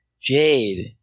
jade